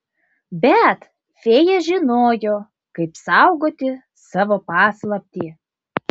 bet fėja žinojo kaip saugoti savo paslaptį